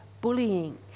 bullying